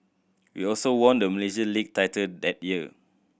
we also won the Malaysia League title that year